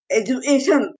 education